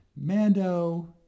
Mando